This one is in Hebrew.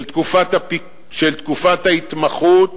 של תקופת ההתמחות